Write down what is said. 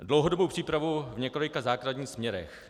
Dlouhodobou přípravu v několika základních směrech.